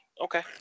okay